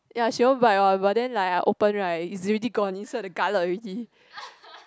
ya she won't bite one but then like I open right it's already gone inside the gullet already